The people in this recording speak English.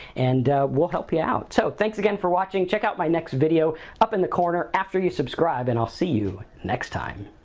and we'll help you out. so, thanks again for watching. check out my next video up in the corner after you subscribe and i'll see you next time.